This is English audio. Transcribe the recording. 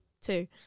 two